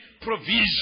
provision